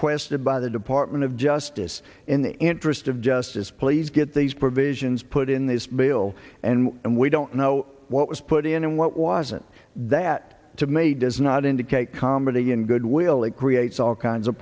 questioned by the department of justice in the interest of justice please get these provisions put in this bill and we don't know what was put in and what wasn't that to me does not indicate comedy and goodwill it creates all kinds of